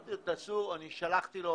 שלחתי לו